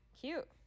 cute